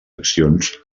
accions